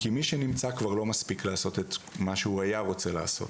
כי מי שנמצא כבר לא מספיק לעשות את מה שהוא היה רוצה לעשות,